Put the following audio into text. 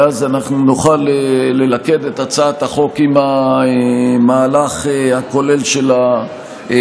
ואז נוכל ללכד את הצעת החוק עם המהלך הכולל של הוועדה.